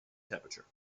temperature